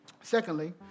Secondly